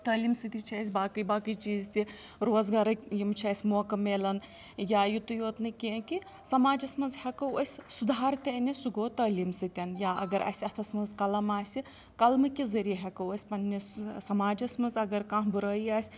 تٲلیٖم سۭتی چھِ اَسہِ باقٕے باقٕے چیٖز تہِ روزگارٕکۍ یِم چھِ اَسہِ موقعہٕ مِلان یا یُتُے یوت نہٕ کیٚنٛہہ کہِ سَماجَس منٛز ہٮ۪کو أسۍ سُدھار تہِ أنِتھ سُہ گوٚو تٲلیٖم سۭتۍ یا اگر اَسہِ اَتھَس منٛز قلم آسہِ قلمہٕ کہِ ذریعہِ ہٮ۪کو أسۍ پَنٛنِس سماجَس منٛز اگر کانٛہہ بُرٲیی آسہِ